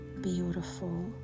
beautiful